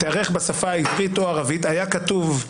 היה כתוב: